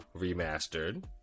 Remastered